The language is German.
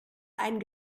ein